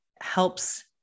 helps